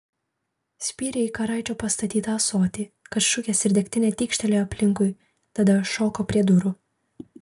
spyrė į karaičio pastatytą ąsotį kad šukės ir degtinė tykštelėjo aplinkui tada šoko prie durų